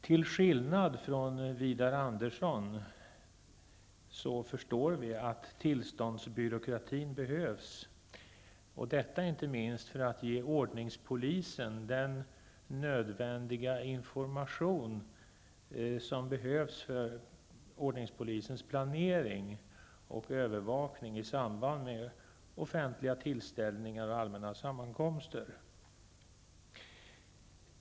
Till skillnad från Widar Andersson förstår vi att tillståndsbyråkratin behövs, inte minst för att ge ordningspolisen den information som behövs för ordningspolisens planering och övervakning i samband med offentliga tillställningar och allmänna sammankomster.